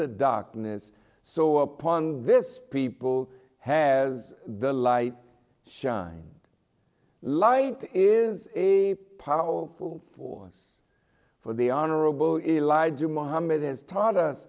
the darkness so upon this people has the light shine light is a powerful force for the honorable elijah muhammad has taught us